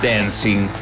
Dancing